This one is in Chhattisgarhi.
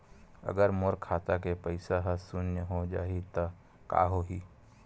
अगर मोर खाता के पईसा ह शून्य हो जाही त का होही?